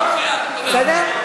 בסדר?